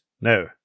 No